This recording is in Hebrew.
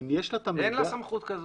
אין לה סמכות כזאת.